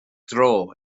dro